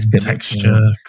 texture